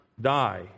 die